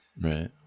right